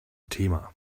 thema